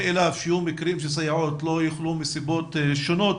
מקרים שסייעות לא יוכלו מסיבות שונות